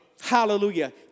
Hallelujah